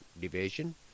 division